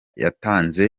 yatanze